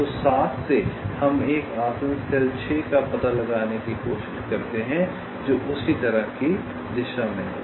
तो 7 से हम एक आसन्न सेल 6 का पता लगाने की कोशिश करते हैं जो उसी तरह की दिशा में है